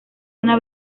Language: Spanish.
una